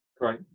Great